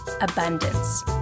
abundance